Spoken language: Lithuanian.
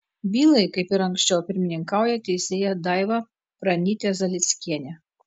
bylai kaip ir anksčiau pirmininkauja teisėja daiva pranytė zalieckienė